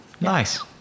Nice